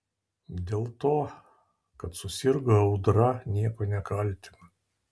dėl to kad susirgo audra nieko nekaltina